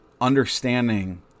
understanding